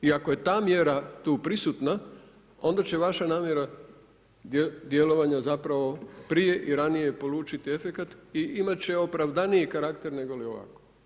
I ako je ta mjera tu prisutna onda će vaša namjera djelovanja zapravo prije i ranije polučiti efekat i imat će opravdaniji karakter nego li ovako.